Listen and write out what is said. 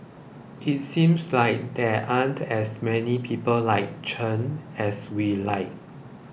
it seems like there aren't as many people like Chen as we like